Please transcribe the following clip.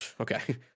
okay